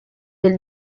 del